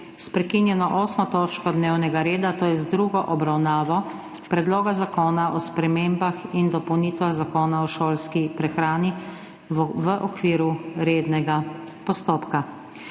s prekinjeno 8. točko dnevnega reda, to je z drugo obravnavo Predloga zakona o spremembah in dopolnitvah Zakona o šolski prehrani v okviru rednega postopka.